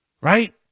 Right